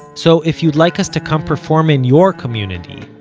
so if you'd like us to come perform in your community,